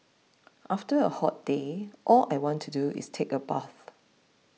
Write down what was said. after a hot day all I want to do is take a bath